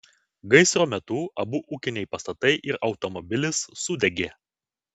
gaisro metu abu ūkiniai pastatai ir automobilis sudegė